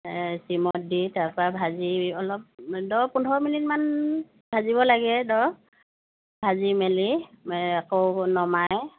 চিমত দি তাৰপৰা ভাজি অলপ দহ পোন্ধৰ মিনিটমান ভাজিব লাগে ধৰ ভাজি মেলি আকৌ নমাই